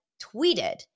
tweeted